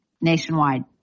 nationwide